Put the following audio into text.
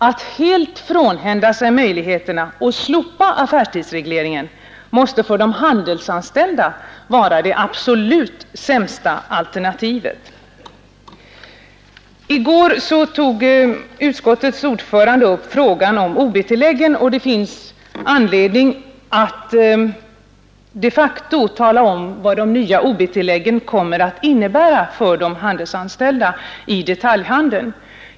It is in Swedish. Att helt frånhända sig dessa möjligheter och slopa affärstidsregleringen måste för de handelsanställda vara det absolut I går tog utskottets ordförande upp frågan om ob-tilläggen, och det finns anledning att tala om vad de nya ob-tilläggen de facto kommer att innebära för de handelsanställda inom detaljhandeln.